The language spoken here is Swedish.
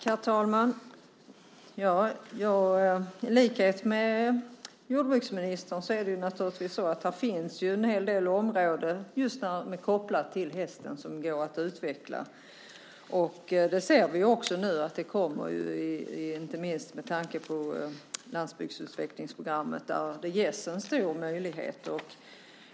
Herr talman! I likhet med jordbruksministern tycker jag naturligtvis att här finns en hel del områden just kopplade till hästen som går att utveckla. Det ser vi nu också kommer, inte minst med tanke på programmet för landsbygdsutveckling där det ges en stor möjlighet.